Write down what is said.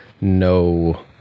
no